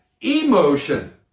emotion